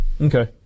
Okay